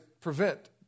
prevent